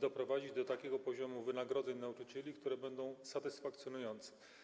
doprowadzić do takiego poziomu wynagrodzeń nauczycieli, który będzie satysfakcjonujący?